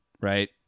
right